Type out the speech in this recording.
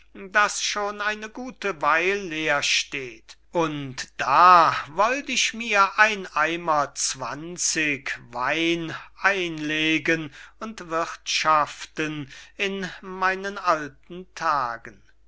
das schon eine gute weil leer steht und da wollt ich mir ein eimer zwanzig wein einlegen und wirthschaften in meinen alten tagen